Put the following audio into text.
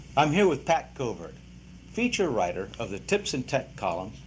i'm here with pat covert feature writer of the tips and tech column,